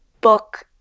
book